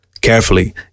Carefully